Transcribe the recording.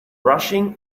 rushing